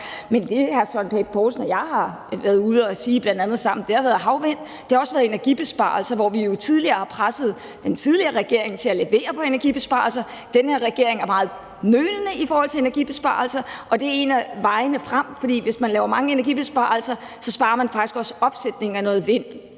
Men det, som hr. Søren Pape Poulsen og jeg bl.a. har været ude at sige sammen, har været om havvind. Det har også været om energibesparelser, hvor vi jo tidligere har presset den tidligere regering til at levere på energibesparelser. Den her regering er meget nølende i forhold til energibesparelser; men det er en af vejene frem, for hvis man laver mange energibesparelser, sparer man faktisk også opsætning af noget